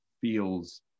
feels